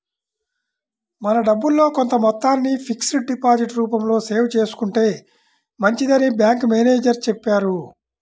మన డబ్బుల్లో కొంత మొత్తాన్ని ఫిక్స్డ్ డిపాజిట్ రూపంలో సేవ్ చేసుకుంటే మంచిదని బ్యాంకు మేనేజరు చెప్పారు